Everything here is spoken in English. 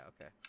okay